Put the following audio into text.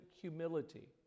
humility